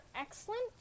excellent